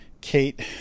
Kate